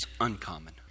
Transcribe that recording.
uncommon